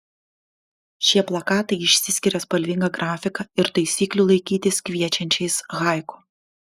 šie plakatai išsiskiria spalvinga grafika ir taisyklių laikytis kviečiančiais haiku